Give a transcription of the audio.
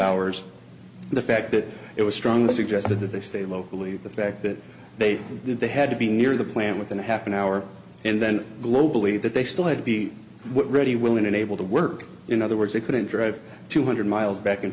hours the fact that it was strongly suggested that they stay believe the fact that they knew they had to be near the plant within half an hour and then globally that they still had to be ready willing and able to work in other words they couldn't drive two hundred miles back and